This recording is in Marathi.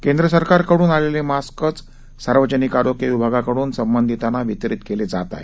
केंद्र सरकारकडुन आलेले मास्कच सार्वजनिक आरोग्य विभागाकडुन संबंधितांना वितरीत केले जात आहेत